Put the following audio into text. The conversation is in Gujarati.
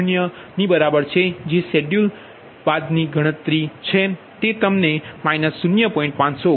0 ની બરાબર છે જે શેડ્યૂલ બાદની ગણતરી તમને 0